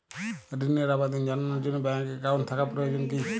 ঋণের আবেদন জানানোর জন্য ব্যাঙ্কে অ্যাকাউন্ট থাকা প্রয়োজন কী?